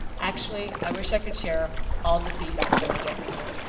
actually, i wish i could share all the feedback that i get with you.